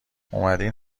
اومدین